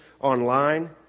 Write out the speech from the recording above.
online